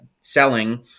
selling